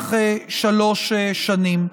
במהלך שלוש שנים.